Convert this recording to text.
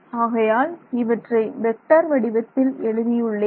ஆகையால் இவற்றை வெக்டர் வடிவத்தில் எழுதியுள்ளேன்